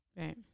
Right